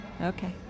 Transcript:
Okay